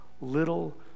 little